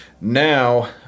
Now